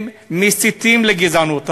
מסיתים לגזענות.